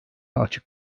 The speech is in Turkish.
açık